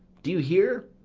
do you hear?